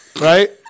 right